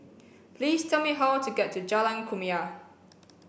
please tell me how to get to Jalan Kumia